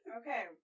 okay